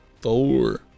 Four